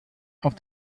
auf